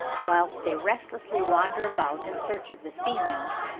whilst they restlessly wander about in search of the females.